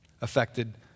affected